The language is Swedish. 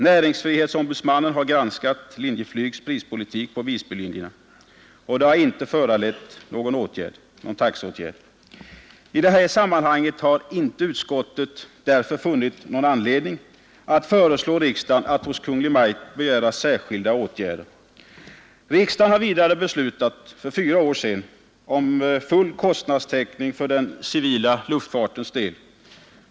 Näringsfrihetsombudsmannen har granskat tLinjeflygs prispolitik på Visbylinjerna, och den granskningen har inte föranlett någon taxeåtgärd. I detta sammanhang har utskottet därför inte funnit anledning att föreslå riksdagen att hos Kungl. Maj:t begära särskilda åtgärder. Riksdagen har vidare beslutat — för fyra år sedan — om full kostnadstäckning för den civila luftfartens del.